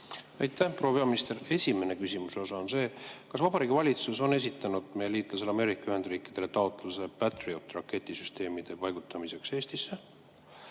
Aitäh! Proua peaminister! Esimene küsimuse osa on see, kas Vabariigi Valitsus on esitanud meie liitlasele Ameerika Ühendriikidele taotluse Patriot-raketisüsteemide paigutamiseks Eestisse.